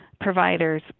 providers